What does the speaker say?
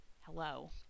hello